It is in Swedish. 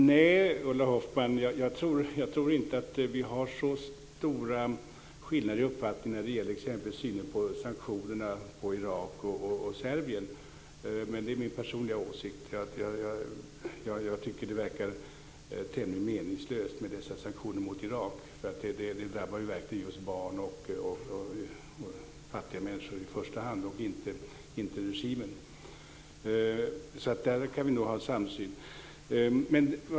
Fru talman! Nej, Ulla Hoffmann, jag tror inte att vi har några skillnader i uppfattning när det gäller exempelvis sanktionerna mot Irak och Serbien, men det är min personliga åsikt. Det verkar tämligen meningslöst med dessa sanktioner mot Irak, som ju verkligen drabbar barn och fattiga människor i första hand och inte regimen. På den punkten råder nog en samsyn.